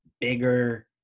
bigger